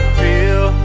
feel